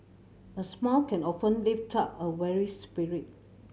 a smile can often lift up a weary spirit